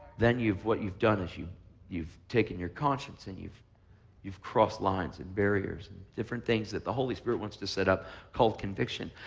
then you've what you've done is you've you've taken your conscience and you've you've crossed lines and barriers and different things that the holy spirit wants to set up called conviction.